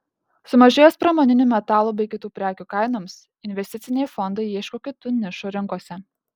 sumažėjus pramoninių metalų bei kitų prekių kainoms investiciniai fondai ieško kitų nišų rinkose